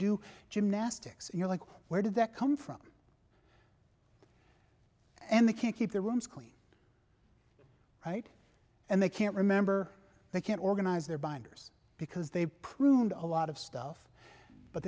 do gymnastics you know like where did that come from and they can't keep their rooms clean right and they can't remember they can't organize their binders because they pruned a lot of stuff but